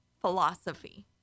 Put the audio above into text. philosophy